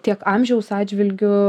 tiek amžiaus atžvilgiu